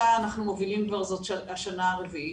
אותה אנחנו מובילים כבר השנה הרביעית,